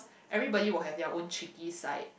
everybody will have their own cheeky side